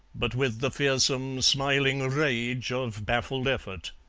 but with the fearsome smiling rage of baffled effort.